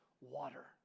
water